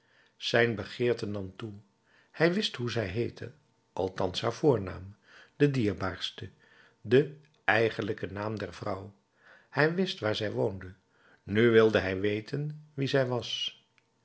zijn begeerte nam toe hij wist hoe zij heette althans haar voornaam den dierbaarsten den eigenlijken naam der vrouw hij wist waar zij woonde nu wilde hij weten wie zij was